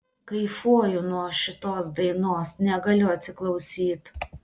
kaifuoju nuo šitos dainos negaliu atsiklausyt